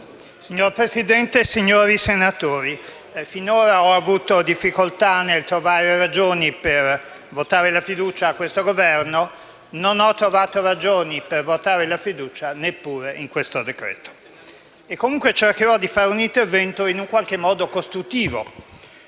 Signora Presidente, signori senatori, finora ho avuto difficoltà nel trovare ragioni per votare la fiducia a questo Governo e non ho trovato ragioni per votare la fiducia neppure in questo decreto-legge. Comunque cercherò di svolgere un intervento in qualche modo costruttivo.